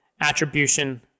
attribution